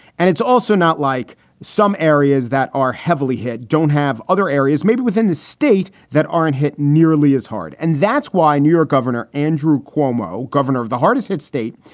and it's also not like some areas that are heavily hit don't have other areas maybe within the state that aren't hit nearly as hard. and that's why new york governor andrew cuomo, governor of the hardest hit state,